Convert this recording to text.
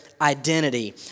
identity